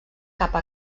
capa